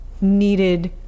needed